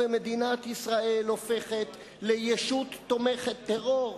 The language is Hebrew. ומדינת ישראל הופכת לישות תומכת טרור,